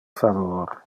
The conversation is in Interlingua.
favor